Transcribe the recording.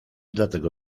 dlatego